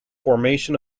formation